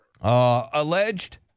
Alleged